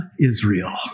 Israel